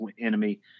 enemy